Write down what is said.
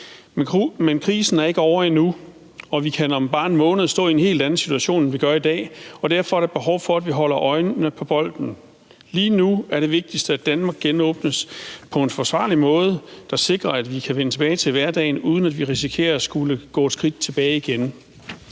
men krisen er ikke ovre endnu, og vi kan om bare en måned stå i en helt anden situation, end vi gør i dag, og derfor er der behov for, at vi holder øjnene på bolden. Lige nu er det vigtigste, at Danmark genåbnes på en forsvarlig måde, der sikrer, at vi kan vende tilbage til hverdagen, uden at vi risikerer at skulle gå et skridt tilbage igen.